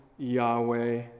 Yahweh